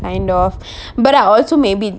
kind of but I also maybe